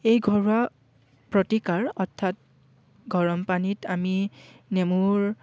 এই ঘৰুৱা প্ৰতিকাৰ অৰ্থাৎ গৰম পানীত আমি নেমুৰ